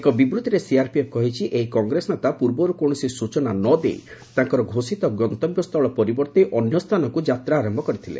ଏକ ବିବୃତ୍ତିରେ ସିଆର୍ପିଏଫ୍ କହିଛି ଏହି କଂଗ୍ରେସ ନେତା ପୂର୍ବରୁ କୌଣସି ସୂଚନା ନ ଦେଇ ତାଙ୍କର ଘୋଷିତ ଗନ୍ତବ୍ୟ ସ୍ଥଳ ପରିବର୍ତ୍ତେ ଅନ୍ୟ ସ୍ଥାନକୁ ଯାତ୍ରା ଆରମ୍ଭ କରିଥିଲେ